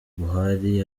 buhari